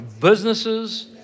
businesses